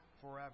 forever